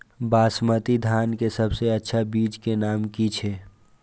बासमती धान के सबसे अच्छा बीज के नाम की छे?